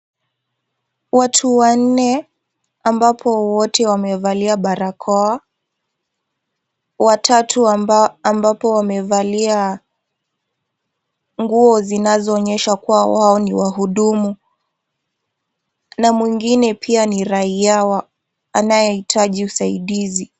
Watu wanne ambapo wote wamevalia barakoa, watatu ambao ambapo wamevalia nguo zinazoonyesha kuwa wao ni wahudumu ,na mwengine pia ni raia wa anayehitaji usaidizi.